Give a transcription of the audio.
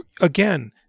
again